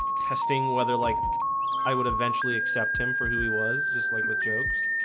testing whether like i would eventually accept him for who he was just like with jokes